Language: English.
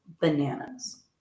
bananas